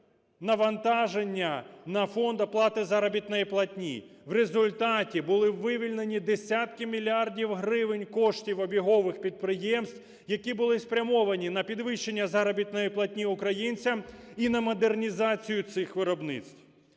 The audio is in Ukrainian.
навантаження на фонд оплати заробітної платні. В результаті були вивільнені десятки мільярдів гривень коштів обігових підприємств, які були спрямовані на підвищення заробітної платні українцям і на модернізацію цих виробництв.